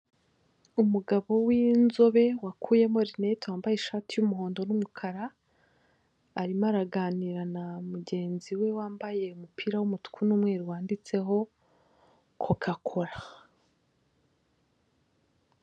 Umugabo w'inzobe wakuyemo rinete wambaye ishati y'umuhondo n'umukara arimo araganira na mugenzi we wambaye umupira w'umutuku n'umweru wanditseho koka kora.